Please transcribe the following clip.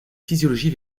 physiologie